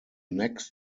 next